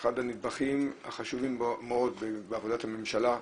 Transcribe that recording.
אחד הנדבכים החשובים מאוד בעבודת הממשלה,